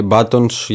Buttons